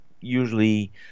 usually –